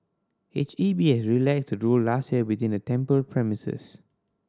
H E B has relaxed the rule last year within the temple premises